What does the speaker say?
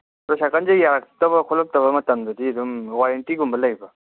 ꯑꯗꯣ ꯁꯥꯏꯀꯜꯁꯦ ꯌꯥꯔꯛꯇꯕ ꯈꯣꯠꯂꯛꯇꯕ ꯃꯇꯝꯗꯗꯤ ꯑꯗꯨꯝ ꯋꯥꯔꯦꯟꯇꯤꯒꯨꯝꯕ ꯂꯩꯕ꯭ꯔꯣ